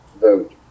vote